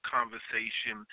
conversation